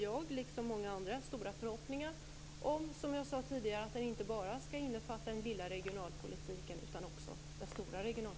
Jag liksom många andra har stora förhoppningar om att den regionalpolitiska propositionen inte bara skall omfatta den lilla regionalpolitiken utan också den stora.